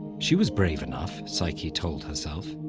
she was brave enough, psyche told herself.